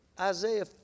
Isaiah